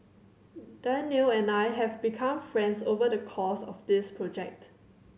Danial and I have become friends over the course of this project